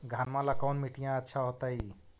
घनमा ला कौन मिट्टियां अच्छा होतई?